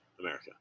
America